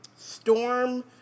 storm